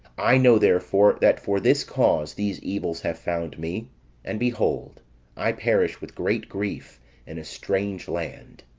i know, therefore, that for this cause these evils have found me and behold i perish with great grief in a strange land.